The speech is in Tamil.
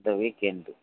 இந்த வீக்கெண்டு